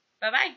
Bye-bye